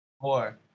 Four